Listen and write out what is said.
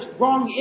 wrong